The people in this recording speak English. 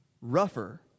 rougher